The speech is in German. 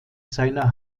seiner